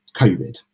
COVID